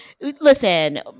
listen